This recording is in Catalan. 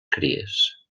cries